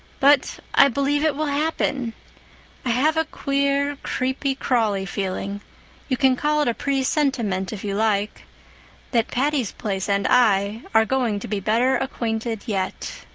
but i believe it will happen. i have a queer, creepy, crawly feeling you can call it a presentiment, if you like that patty's place and i are going to be better acquainted yet.